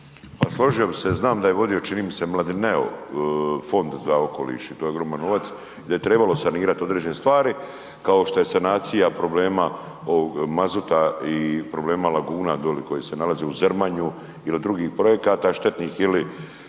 složio bi se, znam da je vodio čini mi se Mladineo Fond za okoliš i to je ogroman novac i da je trebalo sanirati određene stvari kao što je sanacija problema mazuta i problema laguna dole koje se nalaze uz Zrmanju ili drugih projekata štetnih ili